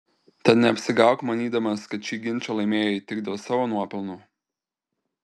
tad neapsigauk manydamas kad šį ginčą laimėjai tik dėl savo nuopelnų